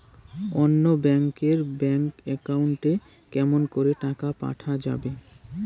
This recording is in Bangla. অন্য ব্যাংক এর ব্যাংক একাউন্ট এ কেমন করে টাকা পাঠা যাবে?